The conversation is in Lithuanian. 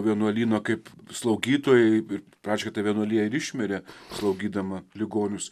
vienuolyno kaip slaugytojai ir aišku ta vienuolija ir išmirė slaugydama ligonius